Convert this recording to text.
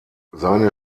seine